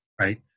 right